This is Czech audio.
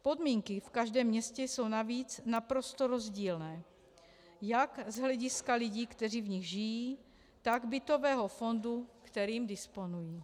Podmínky v každém městě jsou navíc naprosto rozdílné jak z hlediska lidí, kteří v nich žijí, tak bytového fondu, kterým disponují.